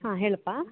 ಹಾಂ ಹೇಳಪ್ಪ